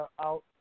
out